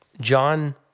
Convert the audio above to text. John